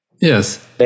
yes